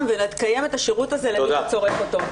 ולקיים את השירות הזה למי שצורך אותו.